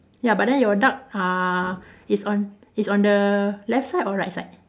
ya but then your duck uh it's on it's on the left side or right side